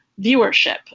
viewership